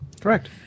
Correct